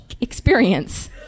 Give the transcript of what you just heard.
experience